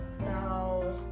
Now